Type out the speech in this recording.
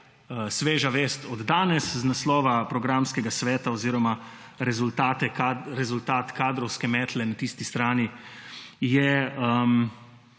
sveža vest od danes, z naslova programskega sveta oziroma rezultat kadrovske metle na tisti strani je